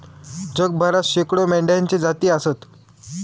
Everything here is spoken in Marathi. जगभरात शेकडो मेंढ्यांच्ये जाती आसत